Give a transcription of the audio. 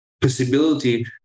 possibility